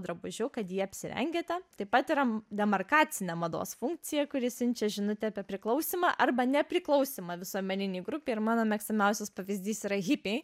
drabužiu kad jį apsirengėte tai pat yra demarkacinė mados funkcija kuri siunčia žinutę apie priklausymą arba nepriklausymą visuomeninei grupei ir mano mėgstamiausias pavyzdys yra hipiai